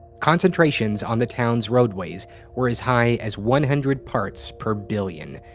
concentrations on the town's roadways were as high as one hundred parts per billion.